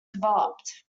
developed